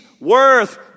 worth